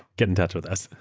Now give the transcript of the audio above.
get in touch with us.